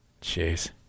Jeez